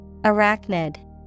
Arachnid